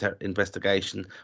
investigation